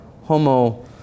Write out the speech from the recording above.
homo